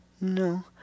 No